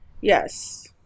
Yes